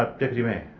deputy mayor